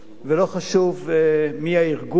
ולא חשוב מי הארגון,